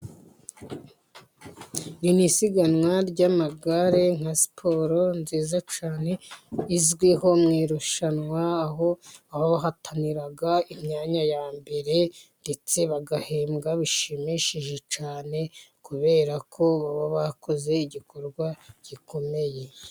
ni isiganwa ry'amagare nka siporo nziza cyane izwiho mu irushanwa aho bahatanira imyanya ya mbere ndetse bagahembwa bishimishije cyane kubera ko bakoze igikorwa gikomeye.